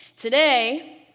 today